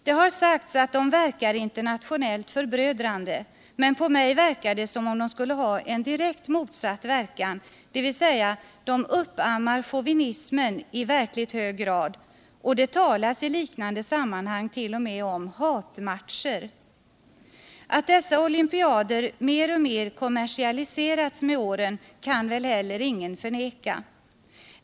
Det har sagts att de verkar internationellt förbrödrande, men på mig verkar det som om de skulle ha en direkt motsatt verkan, dvs. att de uppammar chauvinismen i verkligt hög grad, och det talas i liknande sammanhang t.o.m. om ”hatmatcher”. Alt dessa olympiader alltmer kommersialiserats med åren kan väl heller ingen förneka.